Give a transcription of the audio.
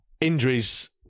Injuries